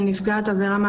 אני מיד אעביר לך.